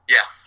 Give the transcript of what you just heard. Yes